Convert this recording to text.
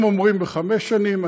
הם אומרים בחמש שנים,